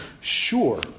Sure